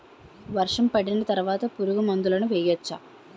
వర్షం పడిన తర్వాత పురుగు మందులను వేయచ్చా?